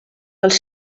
els